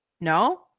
No